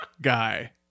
guy